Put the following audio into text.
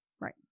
Right